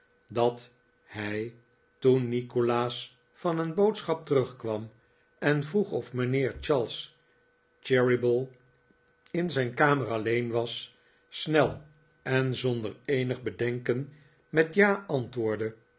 dat hij toen nikolaas van een boodschap terugkwam en vroeg of mijnheer charles cheeryble in zijn kamer alleen was snel en zonder eenig bedenken met ja antwoordde